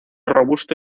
robusto